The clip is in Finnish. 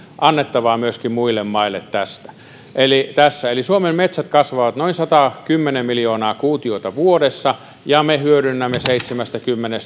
annettavaa myöskin muille maille tässä eli suomen metsät kasvavat noin satakymmentä miljoonaa kuutiota vuodessa ja me hyödynnämme seitsemänkymmentä